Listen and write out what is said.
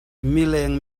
mileng